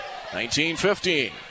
19-15